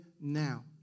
now